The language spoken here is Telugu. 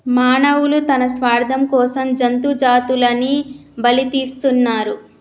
మానవులు తన స్వార్థం కోసం జంతు జాతులని బలితీస్తున్నరు